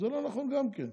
זה לא נכון גם כן.